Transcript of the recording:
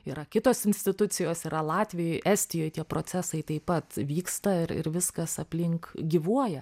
yra kitos institucijos yra latvijoj estijoj tie procesai taip pat vyksta ir ir viskas aplink gyvuoja